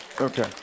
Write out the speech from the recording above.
Okay